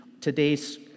today's